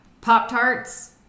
Pop-Tarts